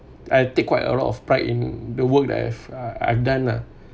I take quite a lot of pride in the work that I've uh I've done lah